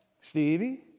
Stevie